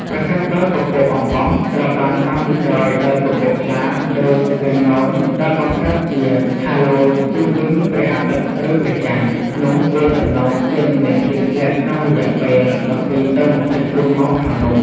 ប្រសិនបើពពកអំបោះ ត្រូវបានតាមពីក្រោយដោយពពកថ្លាដូចវាំងននដែលបង្កើតជាហាឡូជុំវិញព្រះអាទិត្យ ឬព្រះច័ន្ទ នោះវាទំនងជានឹងមានភ្លៀងធ្លាក់ក្នុងរយៈពេល ១២ ទៅ ២៤ ម៉ោងខាងមុខ។